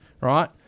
right